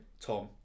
tom